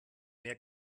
mehr